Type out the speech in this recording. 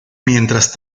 mientras